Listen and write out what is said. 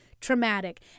Traumatic